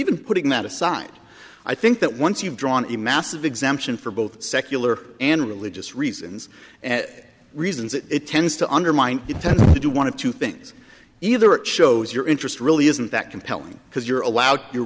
even putting that aside i think that once you've drawn in massive exemption for both secular and religious reasons and reasons that it tends to undermine if you do want to two things either it shows your interest really isn't that compelling because you're allowed you're